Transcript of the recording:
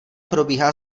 probíhá